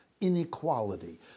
inequality